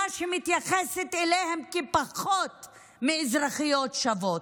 שמתייחסת אליהן כפחות מאזרחיות שוות.